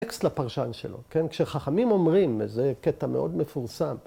‫טקסט לפרשן שלו. כן, כשחכמים אומרים, ‫זה קטע מאוד מפורסם.